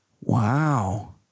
Wow